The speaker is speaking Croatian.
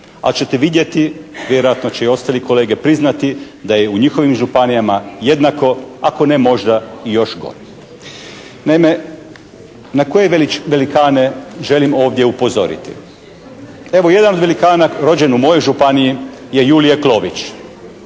Ali ćete vidjeti, vjerojatno će i ostali kolege priznati da je u njihovim županijama jednako, ako ne možda i još gore. Naime, na koje velikane želim ovdje upozoriti? Evo jedan velikan a rođen u mojoj županiji je Julije Klović.